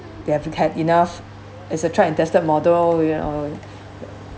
they have had enough it's a tried and tested model your know